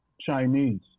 Chinese